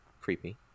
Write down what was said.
Creepy